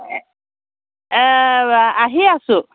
আহি আছোঁ